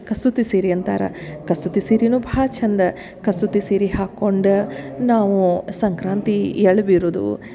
ಕಸೂತಿ ಸೀರೆ ಅಂತಾರ ಕಸೂತಿ ಸಿರೇನು ಭಾಳ ಚೆಂದ ಕಸೂತಿ ಸೀರೆ ಹಾಕೊಂಡು ನಾವು ಸಂಕ್ರಾಂತಿ ಎಳ್ಳು ಬಿರುದೂ